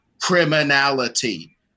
criminality